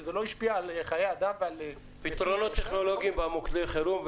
וזה לא השפיע על חיי אדם --- פתרונות טכנולוגיים במוקדי החירום,